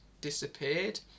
disappeared